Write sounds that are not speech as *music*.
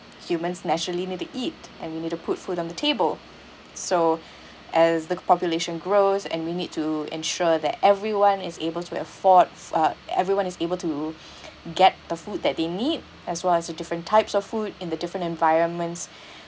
humans naturally need to eat and you need to put food on the table so as the population grows and we need to ensure that everyone is able to afford uh everyone is able to *breath* get the food that they need as well as uh different types of food in the different environments